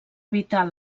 evitar